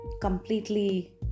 completely